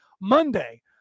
Monday